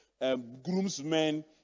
groomsmen